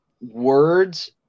words